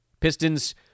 Pistons